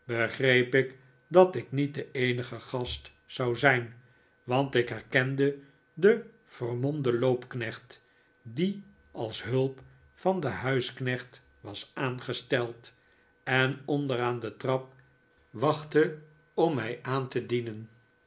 begreep ik dat ik niet de eenige gast zou zijn want ik herkende den vermomden loopknecht die als hulp van den huisknecht was aangesteld en onder aan de trap wachtte om mij aan te dienen